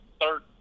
third